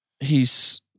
hes